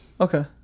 Okay